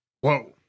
whoa